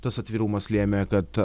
tas atvirumas lėmė kad